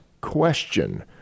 question